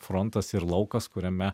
frontas ir laukas kuriame